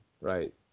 right